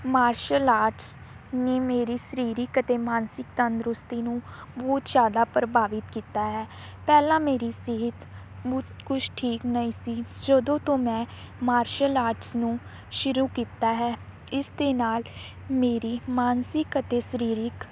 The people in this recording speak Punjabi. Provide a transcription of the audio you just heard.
ਮਾਰਸ਼ਲ ਆਰਟਸ ਨੇ ਮੇਰੀ ਸਰੀਰਿਕ ਅਤੇ ਮਾਨਸਿਕ ਤੰਦਰੁਸਤੀ ਨੂੰ ਬਹੁਤ ਜ਼ਿਆਦਾ ਪ੍ਰਭਾਵਿਤ ਕੀਤਾ ਹੈ ਪਹਿਲਾਂ ਮੇਰੀ ਸਿਹਤ ਬਹੁਤ ਕੁਛ ਠੀਕ ਨਹੀਂ ਸੀ ਜਦੋਂ ਤੋਂ ਮੈਂ ਮਾਰਸ਼ਲ ਆਰਟਸ ਨੂੰ ਸ਼ੁਰੂ ਕੀਤਾ ਹੈ ਇਸ ਦੇ ਨਾਲ ਮੇਰੀ ਮਾਨਸਿਕ ਅਤੇ ਸਰੀਰਕ